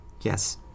Yes